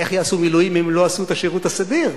איך יעשו מילואים אם לא עשו את השירות הסדיר?